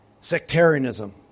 sectarianism